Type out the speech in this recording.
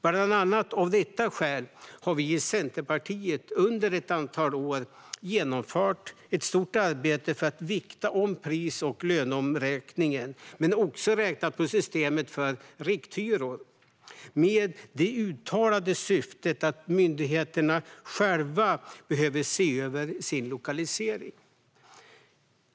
Bland annat av detta skäl har vi i Centerpartiet under ett antal år genomfört ett stort arbete för att vikta om pris och löneomräkningen. Vi har också räknat på systemet för rikthyror med det uttalade syftet att myndigheter själva ska se över sin lokalisering.